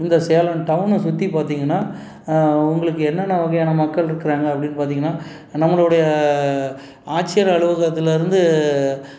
இந்த சேலம் டவுன்னை சுற்றி பார்த்தீங்கன்னா உங்களுக்கு என்னென்னா வகையான மக்கள் இருக்கிறாங்க அப்படின்னு பார்த்தீங்கன்னா நம்மளுடைய ஆட்சியர் அலுவகத்திலருந்து